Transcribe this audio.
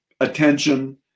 attention